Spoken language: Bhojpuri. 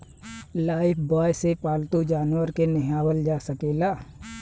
लाइफब्वाय से पाल्तू जानवर के नेहावल जा सकेला